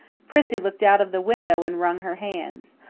prissy looked out of the window and wrung her hands.